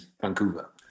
Vancouver